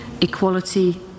equality